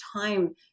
time